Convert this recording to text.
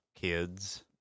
kids